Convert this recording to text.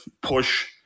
push